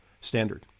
standard